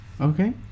Okay